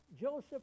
Joseph